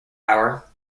hour